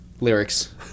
Lyrics